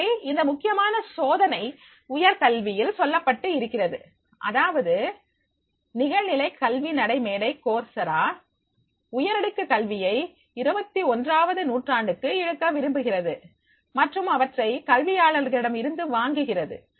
எனவே ஒரு முக்கியமான சோதனை உயர்கல்வியில் சொல்லப்பட்டு இருக்கிறது அதாவது நிகழ்நிலை கல்வி நடைமேடை கோர்ஸ் இரா உயரடுக்கு கல்வியை 21ஆவது நூற்றாண்டுக்கு இழுக்க விரும்புகிறது மற்றும் அவற்றை கல்வியாளர்களிடம் இருந்து வாங்குகிறது